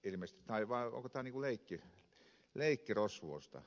vai onko tämä niin kuin leikkirosvousta